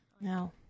No